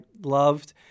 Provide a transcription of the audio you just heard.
loved